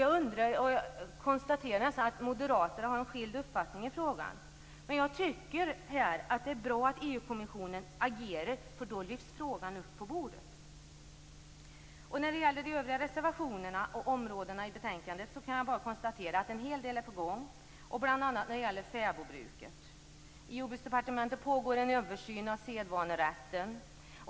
Jag konstaterar att Moderaterna har en annan uppfattning i frågan. Själv tycker jag att det är bra att EU-kommissionen agerar, för då lyfts frågan upp på bordet. När det gäller övriga reservationer och områden i betänkandet kan jag bara konstatera att en hel del är på gång, bl.a. när det gäller fäbodbruket. I Jordbruksdepartementet pågår en översyn av sedvanerätten.